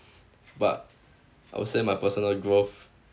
but I would say my personal growth